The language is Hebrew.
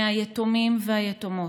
מהיתומים והיתומות,